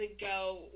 ago